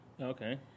Okay